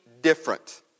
different